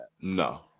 No